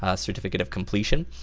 ah certificate of completion.